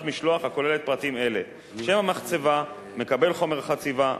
משלוח הכוללת פרטים אלה: שם המחצבה ומקבל חומר החציבה,